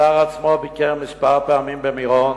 השר עצמו ביקר כמה פעמים במירון,